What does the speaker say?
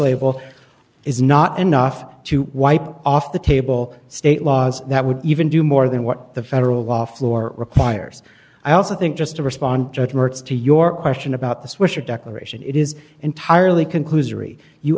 label is not enough to wipe off the table state laws that would even do more than what the federal law floor requires i also think just to respond to your question about the swisher declaration it is entirely